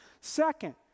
Second